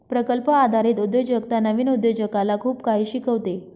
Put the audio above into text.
प्रकल्प आधारित उद्योजकता नवीन उद्योजकाला खूप काही शिकवते